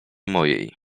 mojej